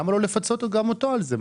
למה לא לפצות גם אותו על זה?